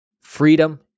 freedom